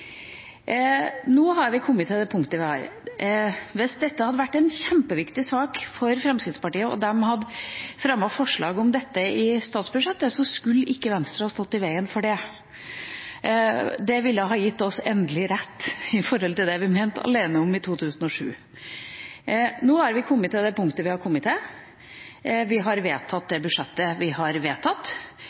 Nå har vi kommet til det punktet vi har kommet til. Hvis dette hadde vært en kjempeviktig sak for Fremskrittspartiet og de hadde fremmet forslag om det i statsbudsjettet, skulle ikke Venstre ha stått i veien for det. Det ville ha gitt oss endelig rett i det vi var alene om å mene i 2007. Men nå har vi kommet til det punktet vi har kommet til. Vi har vedtatt det budsjettet vi har vedtatt,